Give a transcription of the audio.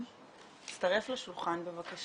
הנושא שאנחנו דנים בו הוא בתחום התרבות.